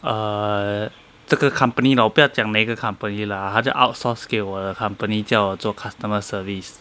err 这个 company lah 我不要讲哪一个 company lah 他就是 outsource 给我的 company 叫做 customer service